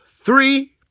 three